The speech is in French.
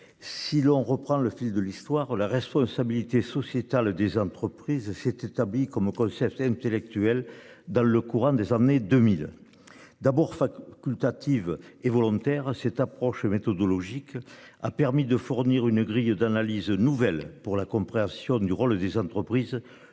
Si l'on reprend le fil de l'histoire, la responsabilité sociétale des entreprises s'est établi comme CFCM actuel dans le courant des années 2000. D'abord enfin culte hâtive et volontaire. Cette approche méthodologique a permis de fournir une grille d'analyses nouvelles pour la compréhension du rôle des entreprises non